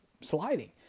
sliding